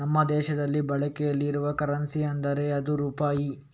ನಮ್ಮ ದೇಶದಲ್ಲಿ ಬಳಕೆಯಲ್ಲಿ ಇರುವ ಕರೆನ್ಸಿ ಅಂದ್ರೆ ಅದು ರೂಪಾಯಿ